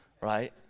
right